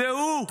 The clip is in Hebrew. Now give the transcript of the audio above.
זה הוא,